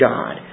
God